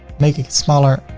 make it smaller,